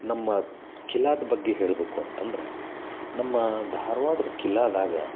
ನಮ್ಮ ಕಿಲ್ಲಾದ ಬಗ್ಗೆ ಹೇಳಬೇಕು ಅಂತಂದ್ರೆ ನಮ್ಮ ಧಾರ್ವಾಡ್ದ ಕಿಲ್ಲಾದಾಗ